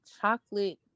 chocolate